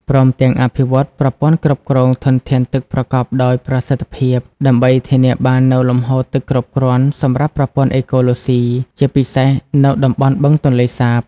ព្រមទាំង អភិវឌ្ឍប្រព័ន្ធគ្រប់គ្រងធនធានទឹកប្រកបដោយប្រសិទ្ធភាព ដើម្បីធានាបាននូវលំហូរទឹកគ្រប់គ្រាន់សម្រាប់ប្រព័ន្ធអេកូឡូស៊ី ជាពិសេសនៅតំបន់បឹងទន្លេសាប។